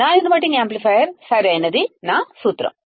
non inverting amplifier యొక్క సూత్రం